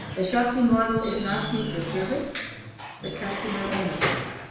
the shakti model is not fee for service but customer ownership.